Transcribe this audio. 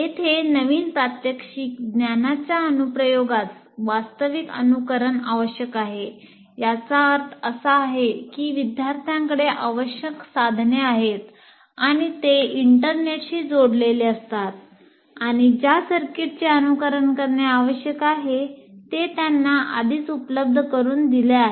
येथे नवीन प्रात्यक्षिक ज्ञानाच्या अनुप्रयोगास वास्तविक अनुकरण आवश्यक आहे याचा अर्थ असा आहे की विद्यार्थ्यांकडे आवश्यक साधने आहेत आणि ते इंटरनेटशी जोडलेले असतात आणि ज्या सर्किटचे अनुकरण करणे आवश्यक आहे ते त्यांना आधीच उपलब्ध करून दिले आहे